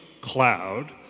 cloud